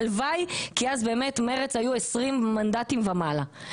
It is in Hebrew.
הלוואי כי אז באמת מרצ הייתה עם 20 מנדטים ומעלה.